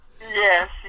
yes